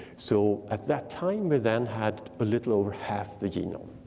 so at that time, we then had a little over half the genome.